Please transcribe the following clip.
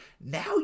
now